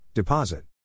Deposit